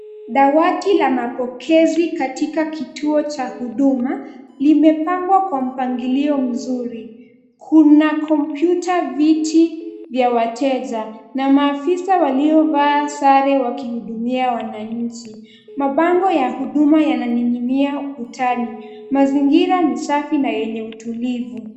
Dawati la mapokezi katika kituo cha huduma limepangwa kwa mpangilio mzuri. Kuna kompyuta, viti vya wateja na maafisa waliovaa sare wakihudumia wananchi. Mabango ya huduma yananingia ukutani. Mazingira ni safi na yenye utulivu.